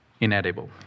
inedible